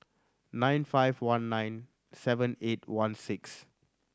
nine five one nine seven eight one six